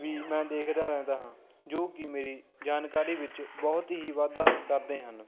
ਵੀ ਮੈਂ ਦੇਖਦਾ ਰਹਿੰਦਾ ਹਾਂ ਜੋ ਕਿ ਮੇਰੀ ਜਾਣਕਾਰੀ ਵਿੱਚ ਬਹੁਤ ਹੀ ਵਾਧਾ ਕਰਦੇ ਹਨ